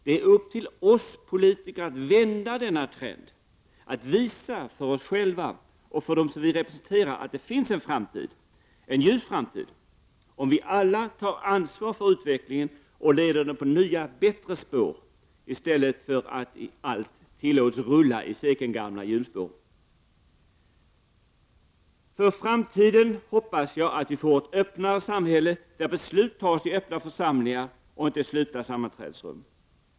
Det är upp till oss politiker att vända denna trend, att visa för oss själva och för dem som vi representerar att det finns en framtid, en ljus tramtid, om vi alla tar ansvar för utvecklingen och leder den på nya bättre spår, i stället för att allt tillåts rulla i sekelgamla hjulspår. För framtiden hoppas jag att vi får ett öppnare samhälle där beslut tas i öppna församlingar och inte i slutna sammanträdesrum.